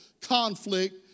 conflict